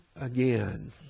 again